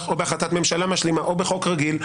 או בהחלטת ממשלה משלימה או בחוק רגיל,